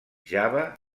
java